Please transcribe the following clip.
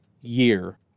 year